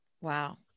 Wow